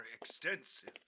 extensive